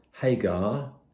Hagar